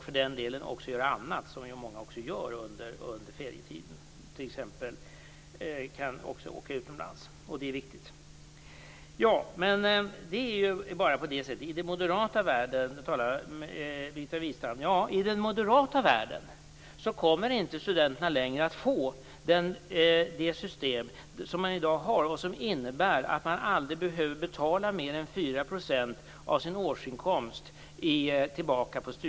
För den delen bör de också ha möjligheter att göra annat, t.ex. åka utomlands, vilket många också gör under ferietiden. Det är viktigt. Birgitta Wistrand talar om den moderata världen. I den moderata världen kommer inte studenterna längre att få det system för studiestöd som de i dag har och som innebär att de aldrig behöver betala tillbaka mer än 4 % av sin årsinkomst.